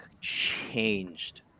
changed